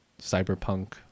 cyberpunk